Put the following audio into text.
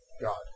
God